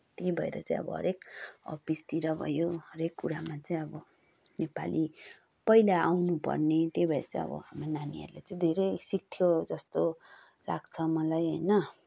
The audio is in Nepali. त्यही भएर चाहिँ अब हरेक अफिसतिर भयो हरेक कुरामा चाहिँ अब नेपाली पहिला आउनुपर्ने त्यही भएर चाहिँ अब हाम्रो नानीहरूले चाहिँ धेरै सिक्थ्यो जस्तो लाग्छ मलाई होइन